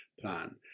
plan